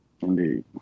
Indeed